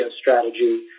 strategy